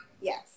yes